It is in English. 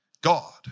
God